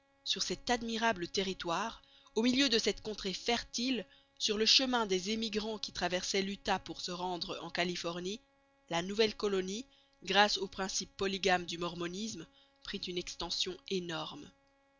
sur cet admirable territoire au milieu de cette contrée fertile sur le chemin des émigrants qui traversaient l'utah pour se rendre en californie la nouvelle colonie grâce aux principes polygames du mormonisme prit une extension énorme